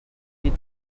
est